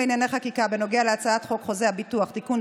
בנוגע להצעת חוק חוזה הביטוח (תיקון,